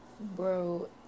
bro